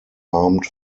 armed